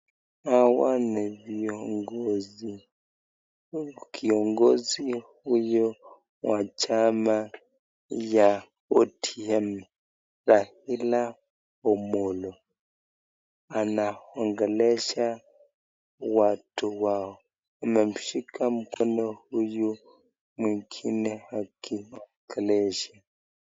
Hawa ni viongozi, kiongozi huyo wa chama ya ODM, Raila Amolo anaongelesha watu wao, amemshika mkono huyu mwingine akimuongelesha.